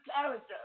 character